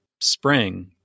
spring